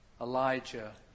Elijah